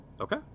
okay